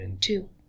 Two